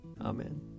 Amen